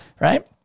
right